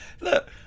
Look